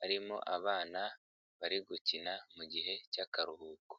harimo abana bari gukina mu gihe cy'akaruhuko.